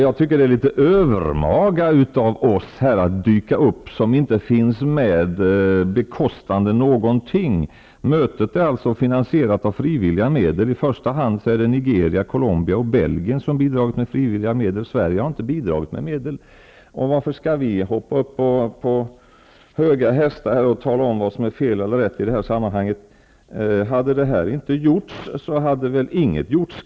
Jag tycker att det är litet övermaga av oss i Sverige, som inte bekostar någonting, att dyka upp. Mötet är alltså finansierat med frivilliga medel. I första hand är det Ni geria, Colombia och Belgien som har bidragit med frivilliga medel. Sverige har inte bidragit med några medel. Varför skall då vi hoppa upp på höga hästar och tala om vad som är fel eller rätt i detta sammanhang? Om detta inte hade gjorts kanske inget hade gjorts.